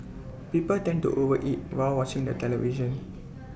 people tend to overeat while watching the television